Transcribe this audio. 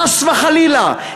חס וחלילה,